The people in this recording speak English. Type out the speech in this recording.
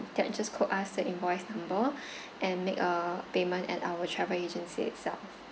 then just quote us the invoice number and make a payment at our travel agency itself